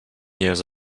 years